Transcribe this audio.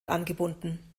angebunden